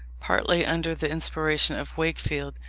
partly under the inspiration of wakefield,